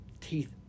teeth